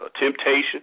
temptation